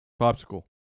Popsicle